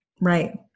Right